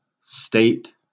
state